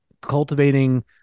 cultivating